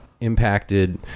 impacted